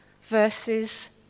verses